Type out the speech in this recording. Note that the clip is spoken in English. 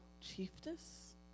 Chiefess